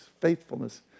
faithfulness